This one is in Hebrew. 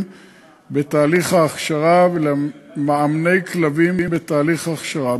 בתהליך הכשרה ולמאמני כלבים בתהליך הכשרה.